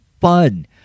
fun